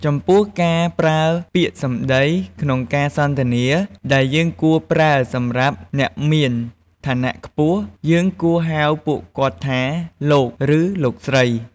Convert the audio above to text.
ចំពោះការប្រើពាក្យសម្តីក្នុងការសន្ទនាដែលយើងគួរប្រើសម្រាប់អ្នកមានឋានៈខ្ពស់ យើងគួរហៅពួកគាត់ថា លោក ឬលោកស្រី។